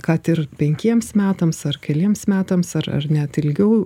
kad ir penkiems metams ar keliems metams ar ar net ilgiau